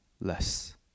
less